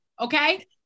okay